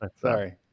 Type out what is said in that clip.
Sorry